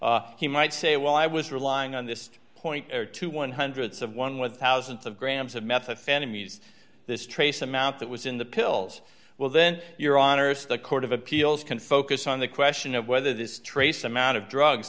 buyers he might say well i was relying on this point to one hundreds of one with thousands of grams of methamphetamines this trace amount that was in the pills well then your honour's the court of appeals can focus on the question of whether this trace amount of drugs